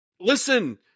Listen